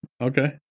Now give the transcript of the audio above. Okay